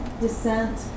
descent